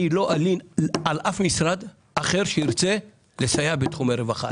שאני לא אלין על אף משרד אחר שירצה לסייע בתחומי הרווחה.